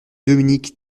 dominique